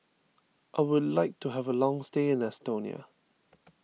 I would like to have a long stay in Estonia